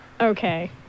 Okay